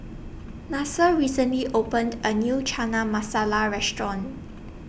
Nasir recently opened A New Chana Masala Restaurant